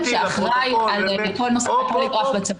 שאחראי על כל נושא הפוליגרף בצבא.